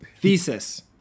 Thesis